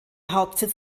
hauptsitz